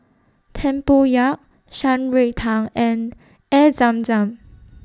Tempoyak Shan Rui Tang and Air Zam Zam